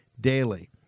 daily